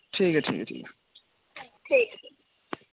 ठीक ऐ ठीक ऐ ठीक ऐ